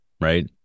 right